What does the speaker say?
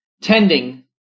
tending